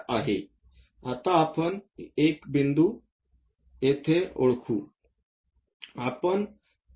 आता आपण येथे एक बिंदू ओळखू